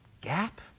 gap